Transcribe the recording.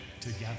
together